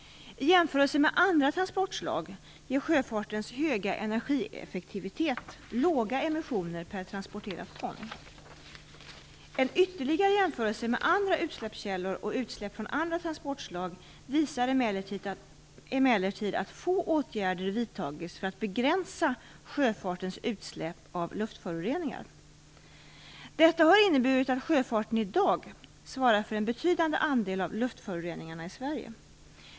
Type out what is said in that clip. I jämförelse med andra transportslag ger sjöfartens höga energieffektivitet låga emisssioner per transporterat ton. En ytterligare jämförelse med andra utsläppskällor och utsläpp från andra transportslag visar emellertid att få åtgärder vidtagits för att begränsa sjöfartens utsläpp av luftföroreningar. Detta har inneburit att sjöfarten i dag svarar för en betydande andel av luftföroreningarna i Sverige.